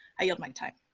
i yield my time.